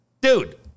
Dude